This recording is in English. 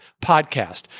Podcast